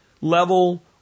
level